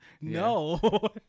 No